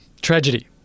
tragedy